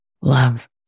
love